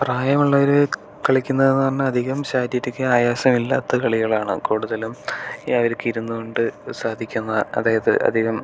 പ്രായമുള്ളവർ കളിക്കുന്നതെന്ന് പറഞ്ഞ അധികം ശാരീരിക ആയാസമില്ലാത്ത കളികളാണ് കൂടുതലും അവർക്കിരുന്നുകൊണ്ട് സാധിക്കുന്ന അതായത് അധികം